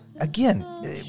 again